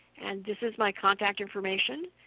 and this is my contact information.